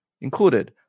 included